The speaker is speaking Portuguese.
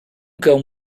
cão